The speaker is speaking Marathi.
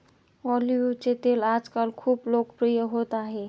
ऑलिव्हचे तेल आजकाल खूप लोकप्रिय होत आहे